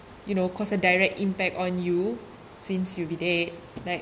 you know cause a direct impact on you since you'll be dead like